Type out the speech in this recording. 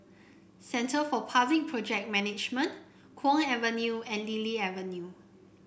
Centre for Public Project Management Kwong Avenue and Lily Avenue